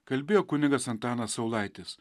kalbėjo kunigas antanas saulaitis